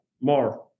more